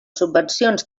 subvencions